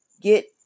get